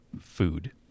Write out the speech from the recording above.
food